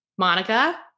Monica